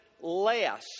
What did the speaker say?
less